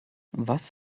was